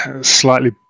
slightly